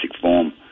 form